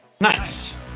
Nice